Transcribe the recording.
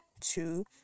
two